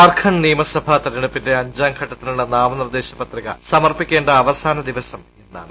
ജാർഖണ്ഡ് നിയമസഭാ തെരഞ്ഞെടുപ്പിന്റെ അഞ്ചാം ഘട്ടത്തിനുള്ള നാമനിർദ്ദേശ പത്രിക സമർപ്പിക്കേണ്ട അവസാന ദിവസം ഇന്നാണ്